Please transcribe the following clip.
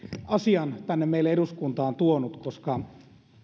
asian tänne meille eduskuntaan tuoneet koska